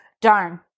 Darn